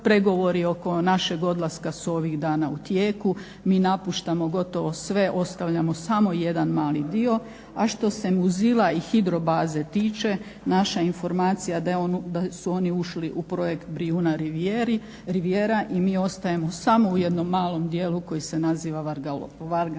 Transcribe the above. pregovori oko našeg odlaska su ovih dana u tijeku. Mi napuštamo gotovo sve, ostavljamo samo jedan mali dio, a što se muzila i hidro baze tiče naša informacija da su oni ušli u projekt Brijuna Rivijera i mi ostajemo samo u jednom malom djelu koji se naziva Vargarola.